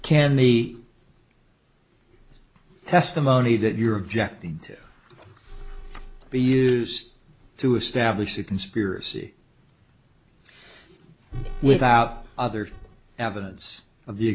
can the testimony that you're objecting to be used to establish a conspiracy without other evidence of the